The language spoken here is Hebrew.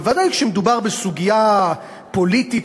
בוודאי כשמדובר בסוגיה פוליטית,